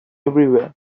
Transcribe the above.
everywhere